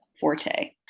forte